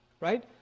right